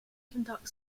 conduct